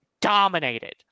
dominated